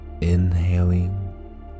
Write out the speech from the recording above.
Inhaling